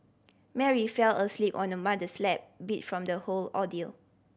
Mary fell asleep on her mother's lap beat from the whole ordeal